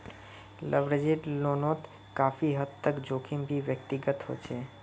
leveraged लोनोत काफी हद तक जोखिम भी व्यक्तिगत होचे